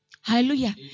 Hallelujah